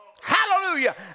Hallelujah